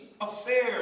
affairs